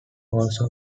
also